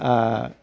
आह